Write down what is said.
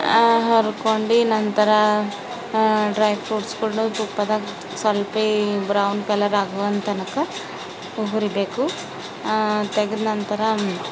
ಹುರ್ಕೊಂಡಿ ನಂತರ ಡ್ರೈ ಫ್ರೂಟ್ಸ್ಗಳ್ನು ತುಪ್ಪದಾಗ ಸ್ವಲ್ಪೇ ಬ್ರೌನ್ ಕಲರ್ ಆಗುವ ತನಕ ಹುರಿಬೇಕು ತೆಗೆದ ನಂತರ